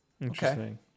Interesting